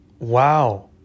Wow